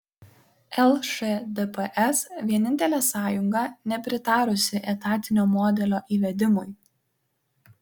lšdps vienintelė sąjunga nepritarusi etatinio modelio įvedimui